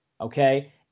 okay